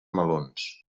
melons